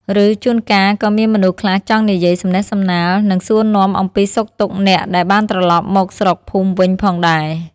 ឬ ជួនកាលក៏មានមនុស្សខ្លះចង់និយាយសំណេះសំណាល និងសួរនាំអំពីសុខទុក្ខអ្នកដែលបានត្រឡប់មកស្រុកភូមិវិញផងដែរ។